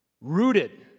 rooted